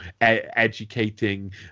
educating